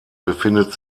befindet